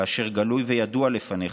כאשר גלוי וידוע לפניך,